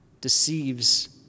deceives